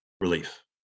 relief